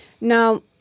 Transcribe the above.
Now